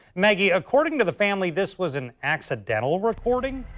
maggie according to the family, this was an accidental reporting.